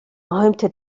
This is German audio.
räumte